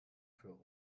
für